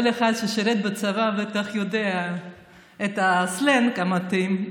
כל אחד ששירת בצבא בטח יודע מה הסלנג המתאים.